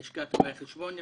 בלשכת רואי החשבון למשל,